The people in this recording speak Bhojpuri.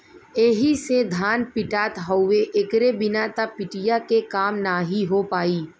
एही से धान पिटात हउवे एकरे बिना त पिटिया के काम नाहीं हो पाई